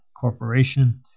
Corporation